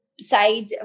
side